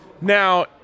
Now